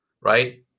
right